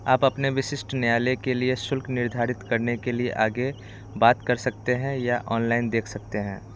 आप अपने विशिष्ट न्यायालय के लिए शुल्क निर्धारित करने के लिए आगे बात कर सकते हैं या ऑनलाइन देख सकते हैं